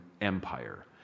Empire